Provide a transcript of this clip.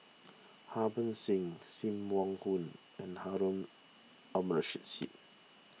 Harbans Singh Sim Wong Hoo and Harun Aminurrashid